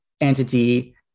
entity